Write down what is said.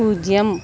பூஜ்யம்